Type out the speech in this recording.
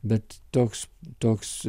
bet toks toks